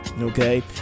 okay